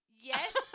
Yes